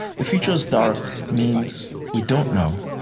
the future is dark means we don't know.